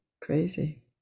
crazy